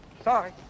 sorry